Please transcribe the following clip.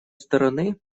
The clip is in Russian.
стороны